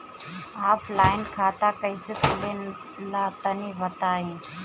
Offline खाता कइसे खुले ला तनि बताई?